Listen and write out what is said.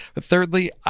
Thirdly